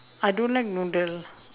I don't like noodle